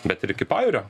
bet ir iki pajūrio